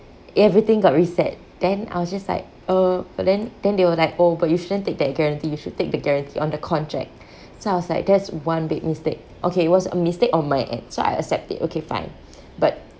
everything got reset then I was just like oh but then then they were like oh but you shouldn't take that guarantee you should take the guarantee on the contract so I was like that's one big mistake okay it was a mistake on my end so I accept it okay fine but